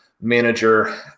manager